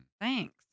Thanks